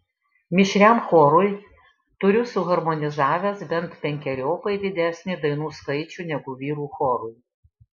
mišriam chorui turiu suharmonizavęs bent penkeriopai didesnį dainų skaičių negu vyrų chorui